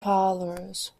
parlors